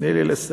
תני לי לסיים.